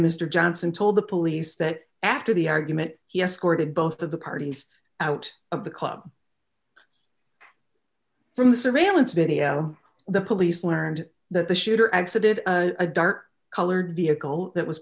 mr johnson told the police that after the argument he escorted both of the parties out of the club from the surveillance video the police learned that the shooter exited a dark colored vehicle that was